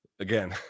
Again